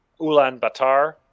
Ulaanbaatar